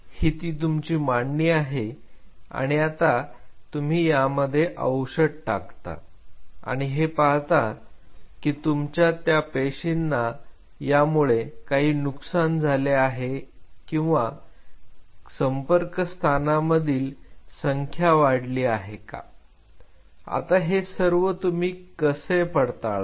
ही ती तुमची मांडणी आहे आणि आता तुम्ही यामध्ये औषध टाकता आणि हे पाहता की तुमच्या त्या पेशींना यामुळे काही नुकसान झाले आहे का किंवा संपर्क स्थानांमधील संख्या वाढली आहे का आता हे सर्व तुम्ही कसे पडताळाल